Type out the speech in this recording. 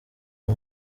ubu